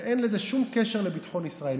אין לזה שום קשר לביטחון ישראל.